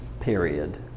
Period